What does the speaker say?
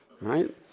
Right